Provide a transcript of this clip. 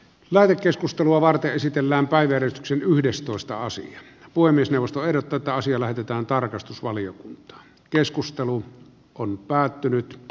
lähetekeskustelua varten esitellään päiväretki yhdestoista asin puhemiesneuvosto eroteta asia laitetaan tarkastusvaliokunta keskustelu on päättynyt